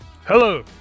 Hello